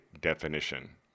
definition